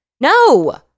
no